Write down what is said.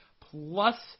plus